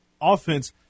offense